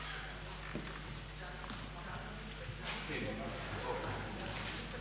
hvala vam